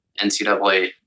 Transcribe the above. NCAA